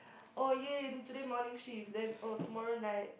oh ya ya ya today morning shift then oh tomorrow night